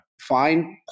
Find